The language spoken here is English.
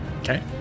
Okay